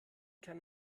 kann